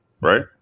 right